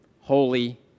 holy